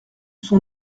sont